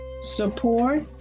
support